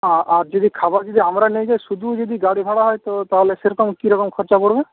আর আর যদি খাবার যদি আমরা নিয়ে যাই শুধু যদি গাড়ি ভাড়া হয় তো তাহলে সেরকম কিরকম খরচা পড়বে